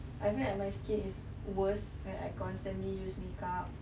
I feel like my skin is worse when I constantly use makeup